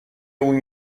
اون